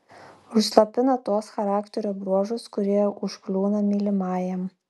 užslopina tuos charakterio bruožus kurie užkliūna mylimajam